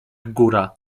góra